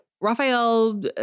Raphael